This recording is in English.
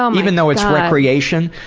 um even though it's recreation,